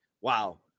wow